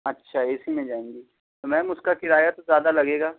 اچھا A C میں جائیں گی تو میم اس کا کرایہ تو زیادہ لگے گا